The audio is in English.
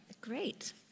Great